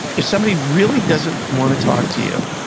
if somebody really doesn't want to talk to you,